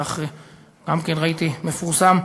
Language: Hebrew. כך גם כן ראיתי מפורסם.